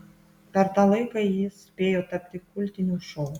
per tą laiką jis spėjo tapti kultiniu šou